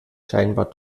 scheinbar